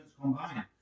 combined